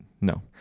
No